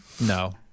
no